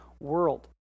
world